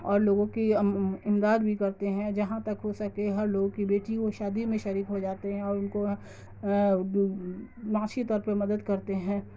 اور لوگوں کی امداد بھی کرتے ہیں جہاں تک ہو سکے ہر لوگوں کی بیٹی کو شادی میں شریک ہو جاتے ہیں اور ان کو معاشی طور پہ مدد کرتے ہیں